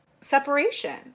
separation